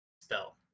spell